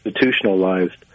institutionalized